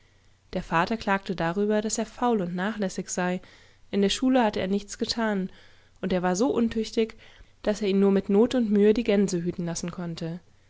der vater klagte darüber daß er faul und nachlässig sei in der schule hatte er nichts getan und er war so untüchtig daß er ihn nur mit not und mühe die gänsehütenlassenkonnte